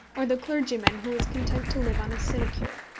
or the clergyman who is content to live on a sinecure.